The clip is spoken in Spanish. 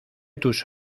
tus